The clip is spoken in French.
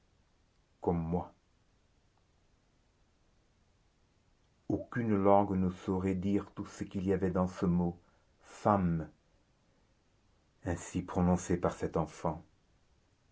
comme moi aucune langue ne saurait dire tout ce qu'il y avait dans ce mot femme ainsi prononcé par cette enfant